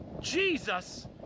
Jesus